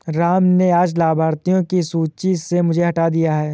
राम ने आज लाभार्थियों की सूची से मुझे हटा दिया है